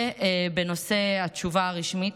זה בנושא התשובה הרשמית.